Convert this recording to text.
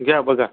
घ्या बघा